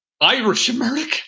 Irish-American